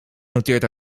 noteert